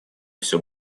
все